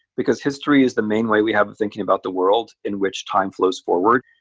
because history is the main way we have of thinking about the world in which time flows forward.